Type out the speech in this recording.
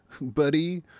buddy